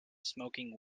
smoking